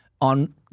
on